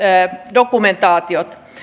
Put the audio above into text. dokumentaatiot